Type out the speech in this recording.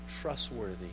trustworthy